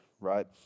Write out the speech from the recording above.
right